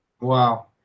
Wow